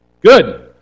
Good